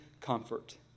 comfort